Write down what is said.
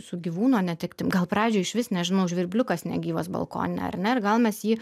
su gyvūno netektim gal pradžioj išvis nežinau žvirbliukas negyvas balkone ar ne ir gal mes jį